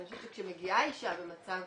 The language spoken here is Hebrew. אני חושבת שכשמגיעה אישה במצב